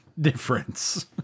difference